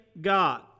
God